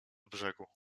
brzegu